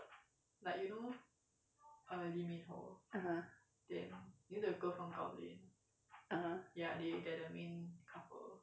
(uh huh) (uh huh)